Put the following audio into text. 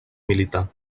militar